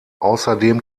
außerdem